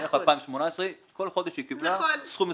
נניח ב-2018, כל חודש היא קיבלה סכום מסוים.